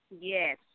Yes